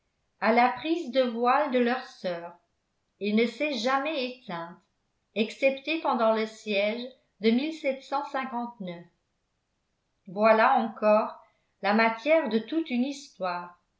à la prise de voile de leur sœur et ne s'est jamais éteinte excepté pendant le siège de voilà encore la matière de toute une histoire